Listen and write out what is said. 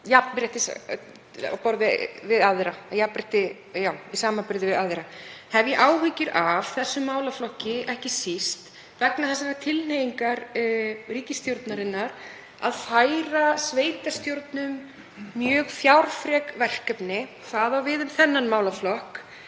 jafnrétti í samanburði við aðra. Ég hef áhyggjur af þessum málaflokki, ekki síst vegna þessarar tilhneigingar ríkisstjórnarinnar að færa sveitarstjórnum mjög fjárfrek verkefni. Það á við um þennan málaflokk,